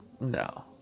No